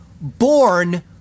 born